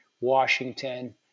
Washington